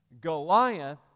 Goliath